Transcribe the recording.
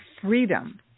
freedom